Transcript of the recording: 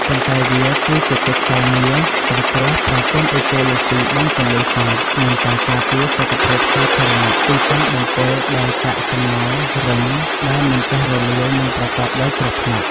ប៉ុន្តែវាគឺជាកិច្ចការងារសង្គ្រោះប្រព័ន្ធអេកូឡូស៊ីបឹងទន្លេសាប និងការការពារសុខភាពសាធារណៈពីការបំពុលដោយកាកសំណល់រឹងដែលមិនចេះរលាយ និងប្រកបដោយគ្រោះថ្នាក់។